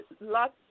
Lots